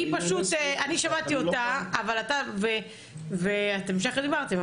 אני שמעתי אותה, ושניכם דיברתם.